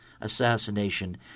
assassination